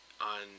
on